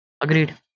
agreed